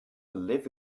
live